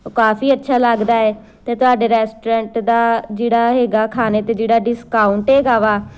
ਉਹ ਕਾਫੀ ਅੱਛਾ ਲੱਗਦਾ ਹੈ ਅਤੇ ਤੁਹਾਡੇ ਰੈਸਟੋਰੈਂਟ ਦਾ ਜਿਹੜਾ ਹੈਗਾ ਖਾਣੇ 'ਤੇ ਜਿਹੜਾ ਡਿਸਕਾਊਂਟ ਹੈਗਾ ਵਾ